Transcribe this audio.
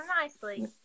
nicely